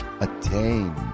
Attain